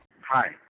Hi